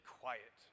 quiet